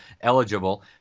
eligible